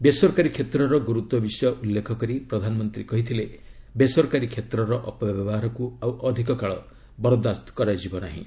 ବେସରକାରୀ କ୍ଷେତ୍ରର ଗୁରୁତ୍ୱ ବିଷୟ ଉଲ୍ଲେଖ କରି ପ୍ରଧାନମନ୍ତ୍ରୀ କହିଥିଲେ ବେସରକାରୀ କ୍ଷେତ୍ରର ଅପବ୍ୟବହାରକୁ ଆଉ ଅଧିକ କାଳ ବରଦାସ୍ତ କରାଯିବ ନାହିଁ